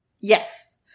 Yes